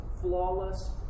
flawless